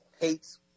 hates